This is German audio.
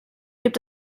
gibt